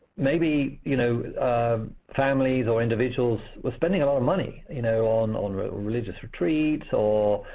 maybe you know um families or individuals were spending a lot of money you know on on religious retreats or,